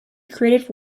creative